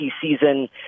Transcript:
season